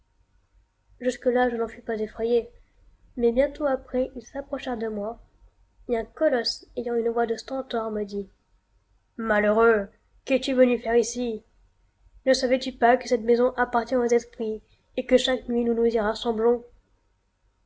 là je n'en fus pas effrayé mais bientôt après ils s'approchèrent de moi et un colosse ayant une voix de stentor me dit malheureux qu'es-tu venu faire ici ne savais-tu pas que cette maison appartient aux esprits et que chaque nuit nous nous y rassemblons